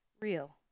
real